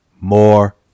More